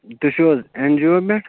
تُہۍ چھِو حَظ این جی او پٮ۪ٹھ